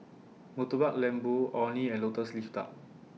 Murtabak Lembu Orh Nee and Lotus Leaf Duck